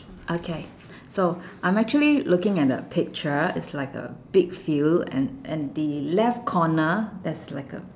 okay so I'm actually looking at a picture it's like a big field and and the left corner there's like a